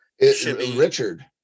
Richard